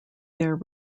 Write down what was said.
their